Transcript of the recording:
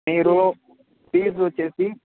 మీరు ఫీజ్ వచ్చేసి